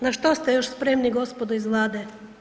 Na što ste još spremni gospodo iz Vlade?